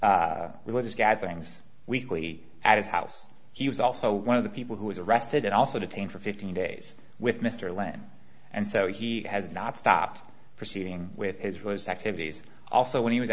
religious gatherings weekly at his house he was also one of the people who was arrested and also detained for fifteen days with mr lamb and so he has not stopped proceeding with his was activities also when he was a